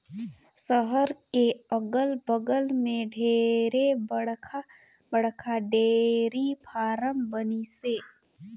सहर के अगल बगल में ढेरे बड़खा बड़खा डेयरी फारम बनिसे